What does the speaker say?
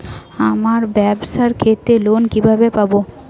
আমার ব্যবসার ক্ষেত্রে লোন কিভাবে পাব?